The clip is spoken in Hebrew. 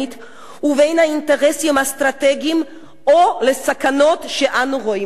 ובין האינטרסים האסטרטגיים או הסכנות שאנו רואים באזור הזה,